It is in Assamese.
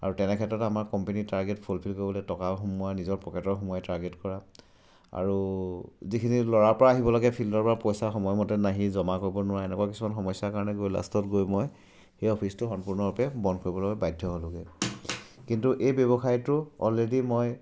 আৰু তেনে ক্ষেত্ৰত আমাৰ কম্পেনীৰ টাৰ্গেট ফুলফিল কৰিবলৈ টকাও সোমোৱা নিজৰ পকেটৰ সোমোৱাই টাৰ্গেট কৰা আৰু যিখিনি ল'ৰাৰপৰা আহিব লাগে ফিল্ডৰপৰা পইচা সময়মতে নাহি জমা কৰিব নোৱাৰা এনেকুৱা কিছুমান সমস্যাৰ কাৰণে গৈ লাষ্টত গৈ মই সেই অফিচটো সম্পূৰ্ণৰূপে বন্ধ কৰিবলৈ বাধ্য হ'লোগৈ কিন্তু এই ব্যৱসায়টো অলৰেডি মই